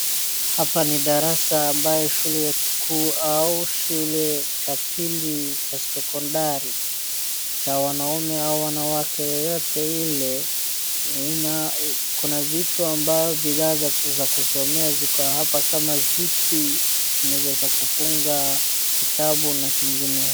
Hapa ni darasa ambayo ni shule ya kikuu au shule cha upili cha sekondari cha wanaume au wanawake yoyote ile kuna vitu ambazo ni bidhaa za kusomea ziko hapa kama viti, meza za kufunga kitabu na kingine.